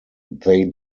they